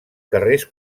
carrers